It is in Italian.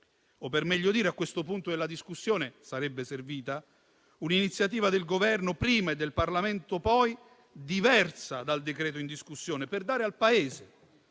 o, per meglio dire a questo punto della discussione, sarebbe servita un'iniziativa prima del Governo e poi del Parlamento diversa dal decreto-legge in discussione, per dare al Paese